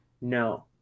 No